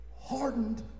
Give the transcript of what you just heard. hardened